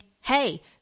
Hey